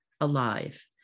alive